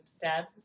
dad